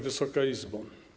Wysoka Izbo!